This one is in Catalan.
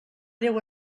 déu